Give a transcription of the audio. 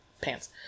pants